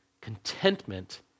Contentment